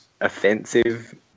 offensive